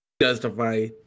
justify